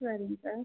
சரிங்க சார்